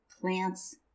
plants